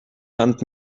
hand